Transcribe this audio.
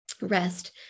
rest